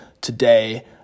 today